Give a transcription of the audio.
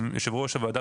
יושב ראש הוועדה,